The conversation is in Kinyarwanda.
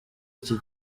iki